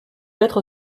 être